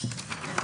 (הצגת מצגת)